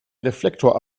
reflektor